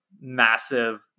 massive